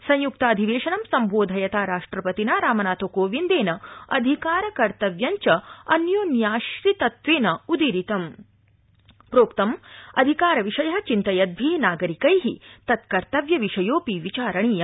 संय्क्ताधिवेशन् सम्बोधयता राष्ट्रपतिना रामनाथ कोविन्देन अधिकार कर्त्तव्यं च अनुयोन्याश्रितत्वेनोदीरितम प्रोक्तंच अधिकार विषय चिन्तयन्द्रि नागरिकै तत्कर्तव्य विषयोऽपि विचारणीय